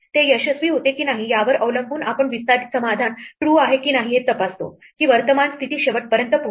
ते यशस्वी होते की नाही यावर अवलंबून आपण विस्तारित समाधान true आहे की नाही हे तपासतो की वर्तमान स्थिती शेवटपर्यंत पोहोचते